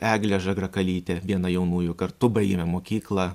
eglė žagrakalytė viena jaunųjų kartu baigėme mokyklą